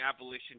Abolition